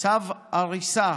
צו הריסה